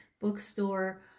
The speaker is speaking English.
bookstore